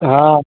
हा